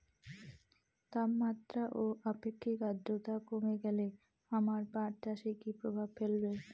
তাপমাত্রা ও আপেক্ষিক আদ্রর্তা কমে গেলে আমার পাট চাষে কী প্রভাব ফেলবে?